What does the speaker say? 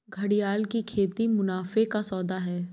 घड़ियाल की खेती मुनाफे का सौदा है